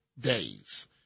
days